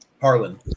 Harlan